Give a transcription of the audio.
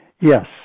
Yes